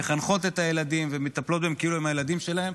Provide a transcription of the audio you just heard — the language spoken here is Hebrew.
מחנכות את הילדים ומטפלות בהם כאילו הם הילדים שלהן.